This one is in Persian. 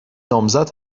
نامزد